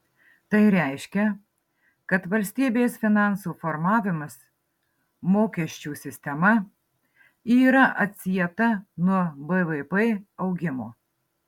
tai reiškia kad valstybės finansų formavimas mokesčių sistema yra atsieta nuo bvp augimo